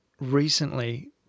recently